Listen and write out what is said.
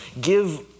give